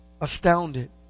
astounded